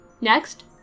Next